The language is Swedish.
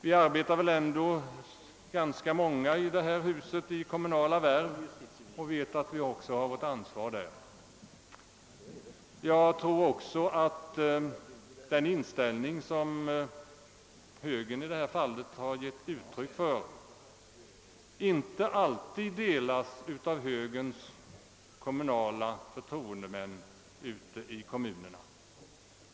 Vi är ganska många i detta hus, som har kommunala värv, och jag vet att vi också tar vårt ansvar där. Jag tror också att den inställning som högern i detta fall givit uttryck åt inte alltid delas av högerns kommunala förtroendemän ute i kommunerna.